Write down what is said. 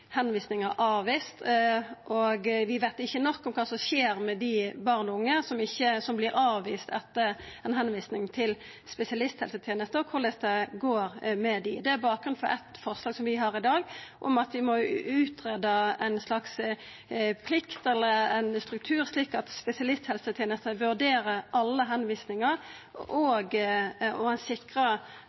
skjer med dei barna og unge som vert avviste etter ei tilvising til spesialisthelsetenesta, og korleis det går med dei. Det er bakgrunnen for eitt forslag vi har i dag om at vi må utgreia ei slags plikt eller ein struktur, slik at spesialisthelsetenesta vurderer alle tilvisingar og